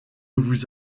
vous